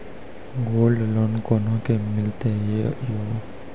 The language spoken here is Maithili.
गोल्ड लोन कोना के मिलते यो?